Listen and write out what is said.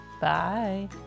bye